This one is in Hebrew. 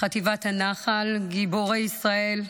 חטיבת הנח"ל, גיבורי ישראל,